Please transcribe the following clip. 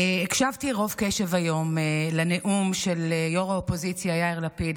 הקשבתי רוב קשב היום לנאום של ראש האופוזיציה יאיר לפיד.